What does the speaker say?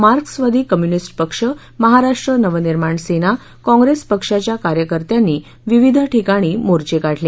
मार्क्सवादी कम्युनिस्ट पक्ष महाराष्ट्र नवनिर्माण सेना काँग्रेस पक्षाच्या कार्यकर्त्यांनी विविध ठिकाणी मोर्चे काढले